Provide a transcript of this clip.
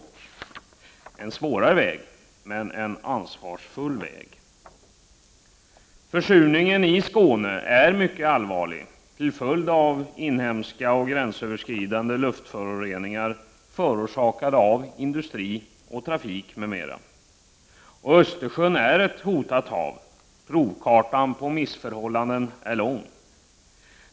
Det är en svårare väg men en ansvarsfull väg. Försurningen i Skåne är mycket allvarlig till följd av inhemska och gränsöverskridande luftföroreningar, orsakade av industri, trafik m.m. Östersjön är ett hotat hav. Provkartan på missförhållanden är stor.